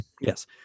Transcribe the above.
Yes